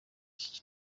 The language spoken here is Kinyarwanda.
iki